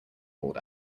called